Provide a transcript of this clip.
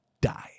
die